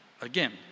again